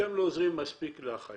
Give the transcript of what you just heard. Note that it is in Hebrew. אתם לא עוזרים מספיק לאחיות.